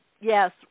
yes